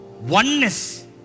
Oneness